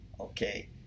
Okay